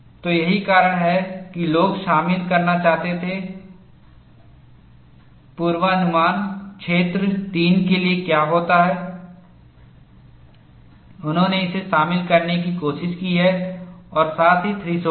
तो यही कारण है कि लोग शामिल करना चाहते थे पूर्वानुमान क्षेत्र 3 के लिए क्या होता है उन्होंने इसे शामिल करने की कोशिश की है और साथ ही थ्रेशोल्ड